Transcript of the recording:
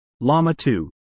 LAMA-2